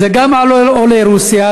זה גם על עולי רוסיה,